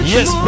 Yes